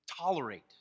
tolerate